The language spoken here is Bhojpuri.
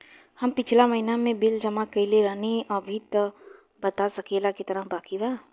हम पिछला महीना में बिल जमा कइले रनि अभी बता सकेला केतना बाकि बा?